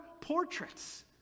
portraits